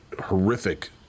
horrific